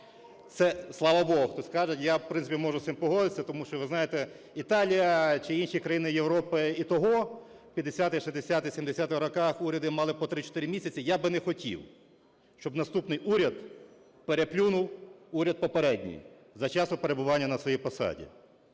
Я, в принципі, можу з цим погодитися, тому що, ви знаєте, Італія чи інші країни Європи і того в 50-х, 60-х, 70-х роках уряди мали по 3-4 місяці. Я би не хотів, щоб наступний уряд переплюнув попередній за часу перебування на своїй посаді.